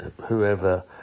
whoever